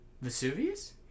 Vesuvius